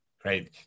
Great